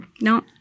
No